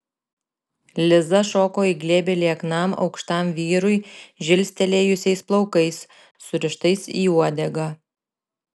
liza šoko į glėbį lieknam aukštam vyrui žilstelėjusiais plaukais surištais į uodegą